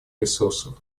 ресурсов